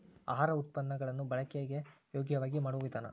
ಆಹಾರ ಉತ್ಪನ್ನ ಗಳನ್ನು ಬಳಕೆಗೆ ಯೋಗ್ಯವಾಗಿ ಮಾಡುವ ವಿಧಾನ